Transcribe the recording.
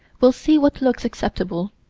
we'll see what looks acceptable.